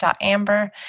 Amber